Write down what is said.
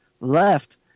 left